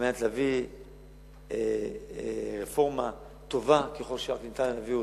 על מנת להביא רפורמה טובה ככל שרק ניתן להביא,